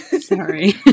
Sorry